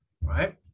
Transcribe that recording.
right